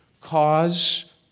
cause